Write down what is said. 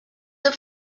the